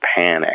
panic